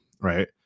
right